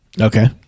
Okay